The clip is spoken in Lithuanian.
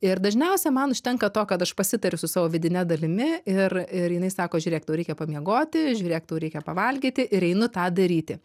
ir dažniausia man užtenka to kad aš pasitariu su savo vidine dalimi ir ir jinai sako žiūrėk tau reikia pamiegoti žiūrėk tau reikia pavalgyti ir einu tą daryti